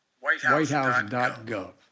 WhiteHouse.gov